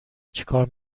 چیکار